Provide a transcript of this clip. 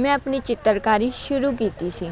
ਮੈਂ ਆਪਣੀ ਚਿੱਤਰਕਾਰੀ ਸ਼ੁਰੂ ਕੀਤੀ ਸੀ